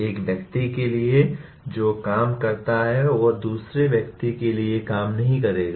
एक व्यक्ति के लिए जो काम करता है वह दूसरे व्यक्ति के लिए काम नहीं करेगा